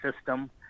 system